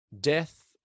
Death